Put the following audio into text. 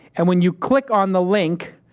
and when you click on the link